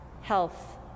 health